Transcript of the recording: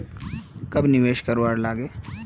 कब निवेश करवार लागे?